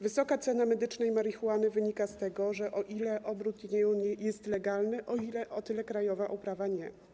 Wysoka cena medycznej marihuany wynika z tego, że o ile obrót nią jest legalny, o tyle krajowa uprawa - nie.